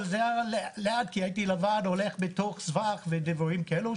אבל זה היה לאט כי הלכתי לבד בתוך סבך ודברים כאלה,